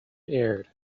aired